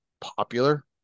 popular